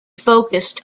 focused